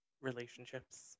relationships